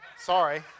sorry